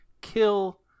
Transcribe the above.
Kill